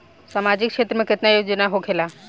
सामाजिक क्षेत्र में केतना योजना होखेला?